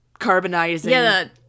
carbonizing